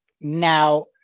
Now